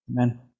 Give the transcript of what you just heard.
Amen